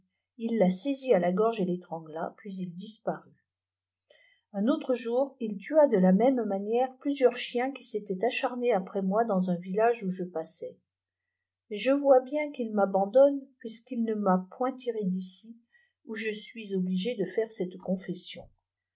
il la saisit à la gorge et l'étrangla puis il disparut un autre jour il tua de la môme manière plusieurs chiens qui s'étaient acharnés après moi dans un village où je passais mais je vois bien qu'il m'anao donne puisqu'il ne m'a point tirée d'ici où je suis obligée de faire cette confession